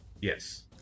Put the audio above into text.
Yes